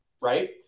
right